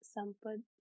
Sampad